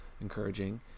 encouraging